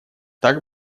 так